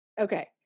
Okay